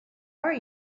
are